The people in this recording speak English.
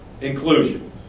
inclusion